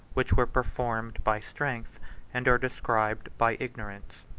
which were performed by strength and are described by ignorance.